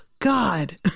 God